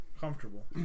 comfortable